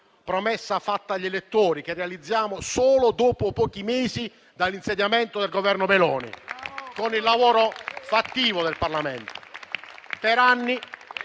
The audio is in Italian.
promessa fatta agli elettori che realizziamo solo dopo pochi mesi dall'insediamento del Governo Meloni, con il lavoro fattivo del Parlamento.